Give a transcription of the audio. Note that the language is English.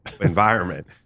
environment